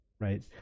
right